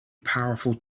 powerful